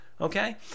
Okay